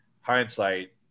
hindsight